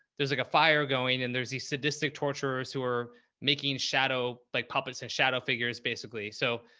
there's like a fire going and there's these sadistic tortures who are making shadow like puppets and shadow figures, basically. so,